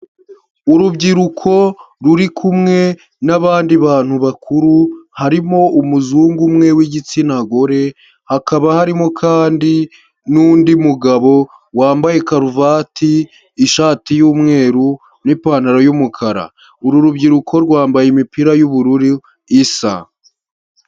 Urubyiruko ruri kumwe n'abandi bantu bakuru, harimo umuzungu umwe w'igitsina gore, hakaba harimo kandi n'undi mugabo wambaye karuvati, ishati y'umweru, n'ipantaro y'umukara, uru rubyiruko rwambaye imipira y'ubururu isa.